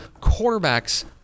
quarterbacks